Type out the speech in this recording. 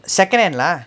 second hand lah